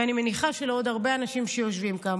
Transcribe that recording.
ואני מניחה שלעוד הרבה אנשים שיושבים כאן.